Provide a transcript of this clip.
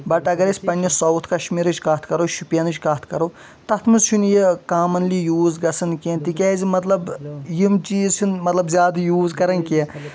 بَٹ اَگر أسۍ پنٛنِس ساوُتھ کَشمیٖرٕچ کَتھ کَرو شُپینٕچ کَتھ کَرو تَتھ منٛز چھُنہٕ یہِ کامَنلی یوٗز گژھان کیٚنٛہہ تِکیٛازِ مطلب یِم چیٖز چھِنہٕ مطلب زیادٕ یوٗز کَران کیٚنٛہہ